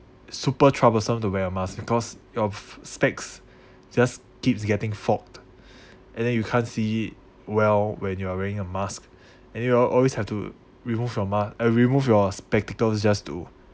super troublesome to wear a mask because your specs just keeps getting fogged and then you can't see well when you are wearing a mask and you will always have to remove your mask uh remove your spectacles just to